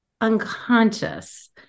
unconscious